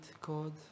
God